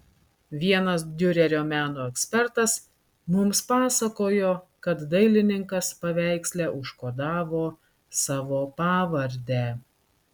vienas diurerio meno ekspertas mums pasakojo kad dailininkas paveiksle užkodavo savo pavardę